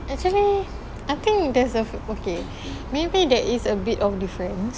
actually I think there's a okay maybe there is a bit of difference